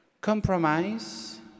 compromise